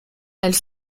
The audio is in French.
elles